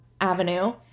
Avenue